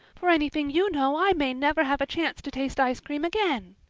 for anything you know i may never have a chance to taste ice cream again.